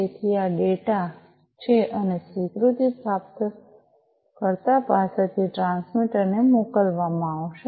તેથી આ આ ડેટા છે અને સ્વીકૃતિ પ્રાપ્તકર્તા પાસેથી ટ્રાન્સમીટર ને મોકલવામાં આવશે